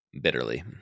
Bitterly